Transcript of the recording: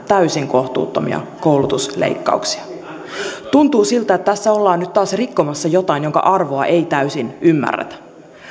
täysin kohtuuttomia koulutusleikkauksia tuntuu siltä että tässä ollaan nyt taas rikkomassa jotain jonka arvoa ei täysin ymmärretä